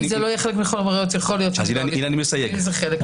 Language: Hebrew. הנה אני מסייג.